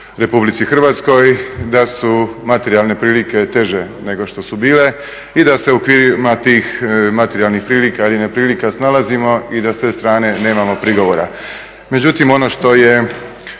Republici Hrvatskoj, da su materijalne prilike teže nego što su bile i da se u okvirima tih materijalnih prilika ili neprilika snalazimo i da s te strane nemamo prigovora. Međutim ono što je